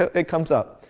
it comes up.